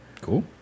Cool